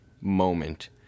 moment